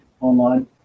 online